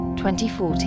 2040